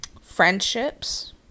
friendships